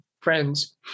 friends